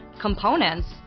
components